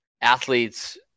athletes